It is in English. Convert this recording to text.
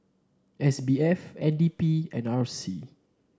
S B F N D P and R C